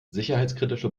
sicherheitskritische